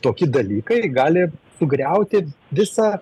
toki dalykai gali sugriauti visą